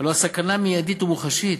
הלוא הסכנה מיידית ומוחשית,